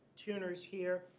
tuners here,